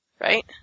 right